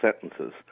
sentences